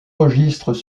registres